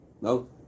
no